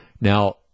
Now